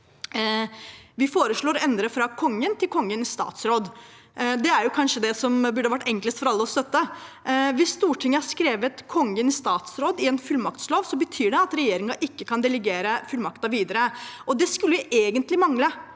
Vi foreslår å endre fra «Kongen» til «Kongen i statsråd». Det er kanskje det som burde være enklest for alle å støtte. Hvis Stortinget har skrevet «Kongen i statsråd» i en fullmaktslov, betyr det at regjeringen ikke kan delegere fullmakten videre. Det skulle egentlig bare